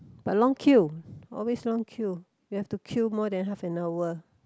but long queue always long queue you have to queue more than half an hour